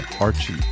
Archie